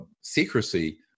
secrecy